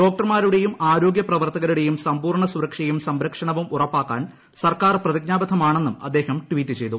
ഡോക്ടർമാരുടേയും ആരോഗ്യപ്രവർത്തകരുടെയും സമ്പൂർണ്ണ സുരക്ഷയും സംരക്ഷണവും ഉറപ്പാക്കാൻ സർക്കാർ പ്രതിജ്ഞാബദ്ധമാണെന്നും അദ്ദേഹം ട്വീറ്റ് ചെയ്തു